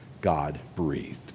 God-breathed